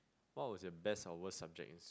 what was your best or worst subject is